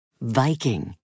Viking